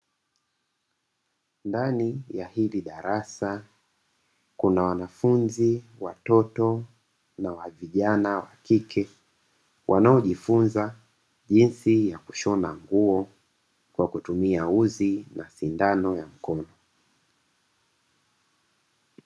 Ndani ya hili darasa, kuna wanafunzi watoto na vijana wa kike, wanaojifunza jinsi ya kushona nguo kwa kutumia uzi na sindano ya mkono.